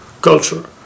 culture